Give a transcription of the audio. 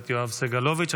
יואב סגלוביץ',